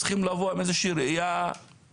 צריכים לבוא עם איזה שהיא ראייה כוללת.